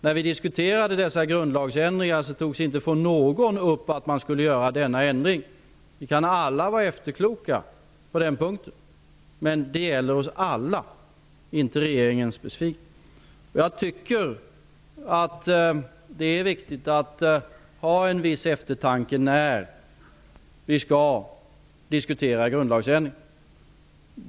När vi diskuterade grundlagsändringarna togs det inte av någon upp att man skulle göra denna ändring. Vi kan alla vara efterkloka på den punkten. Det gäller oss alla, inte regeringen specifikt. Jag tycker att det är viktigt att ha en viss eftertanke när vi skall diskutera grundlagsändringar.